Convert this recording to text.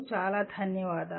చాలా ధన్యవాదాలు